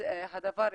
הדבר אפשרי.